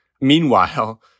Meanwhile